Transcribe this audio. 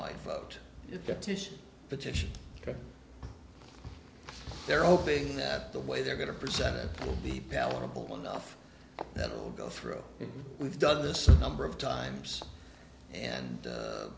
titian petition they're hoping that the way they're going to present it will be palatable enough that it will go through we've done this a number of times and